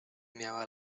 miała